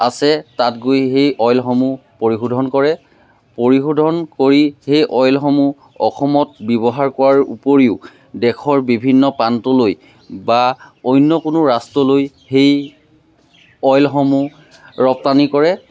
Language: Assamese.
আছে তাত গৈ সেই অইলসমূহ পৰিশোধন কৰে পৰিশোধন কৰি সেই অইলসমূহ অসমত ব্যৱহাৰ কৰাৰ উপৰিও দেশৰ বিভিন্ন প্ৰান্তলৈ বা অন্য কোনো ৰাষ্ট্ৰলৈ সেই অইলসমূহ ৰপ্তানি কৰে